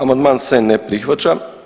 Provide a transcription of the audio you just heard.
Amandman se ne prihvaća.